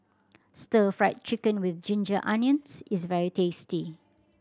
Stir Fried Chicken With Ginger Onions is very tasty